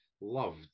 loved